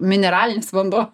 mineralinis vanduo